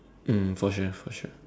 mm for sure for sure